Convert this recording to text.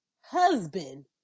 husband